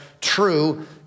true